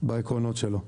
בעקרונות שלו.